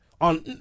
on